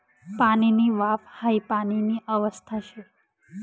पाणीनी वाफ हाई पाणीनी अवस्था शे